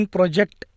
Project